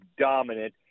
dominant